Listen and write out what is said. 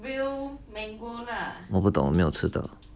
我不懂没有吃的